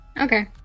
Okay